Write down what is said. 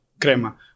crema